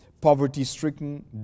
poverty-stricken